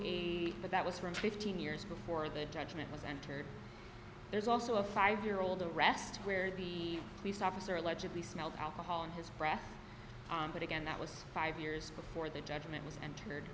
but that was from fifteen years before the judgment was entered there's also a five year old arrest where the police officer allegedly smelled alcohol in his breath but again that was five years before the judgment was entered